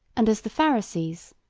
and as the pharisees,